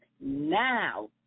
now